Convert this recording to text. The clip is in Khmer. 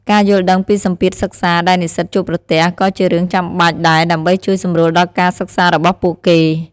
ការយល់ដឹងពីសម្ពាធសិក្សាដែលនិស្សិតជួបប្រទះក៏ជារឿងចាំបាច់ដែរដើម្បីជួយសម្រួលដល់ការសិក្សារបស់ពួកគេ។